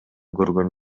көргөн